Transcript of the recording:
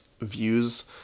views